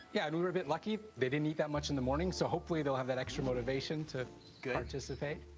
yeah, and we're a bit lucky, they didn't eat that much in the morning, so hopefully they'll have that extra motivation to participate.